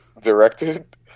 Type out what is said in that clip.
Directed